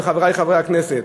ולחברי חברי הכנסת,